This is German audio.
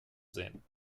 sehen